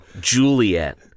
Juliet